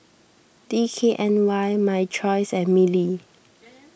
D K N Y My Choice and Mili